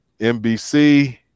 NBC